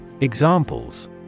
Examples